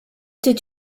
did